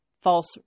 false